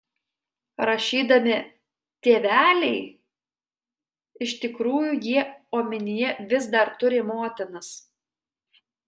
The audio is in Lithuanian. rašydami tėveliai iš tikrųjų jie omenyje vis dar turi motinas